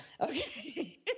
Okay